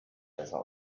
besser